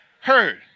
heard